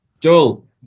joel